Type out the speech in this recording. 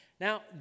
Now